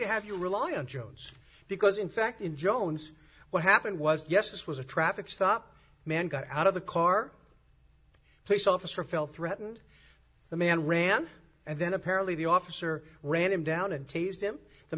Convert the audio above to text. to have you rely on jones because in fact in jones what happened was yes this was a traffic stop man got out of the car police officer felt threatened the man ran and then apparently the officer ran him down and teased him the